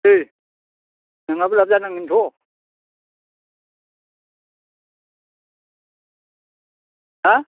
दे नोंहाबो लाभ जानांगोनथ हा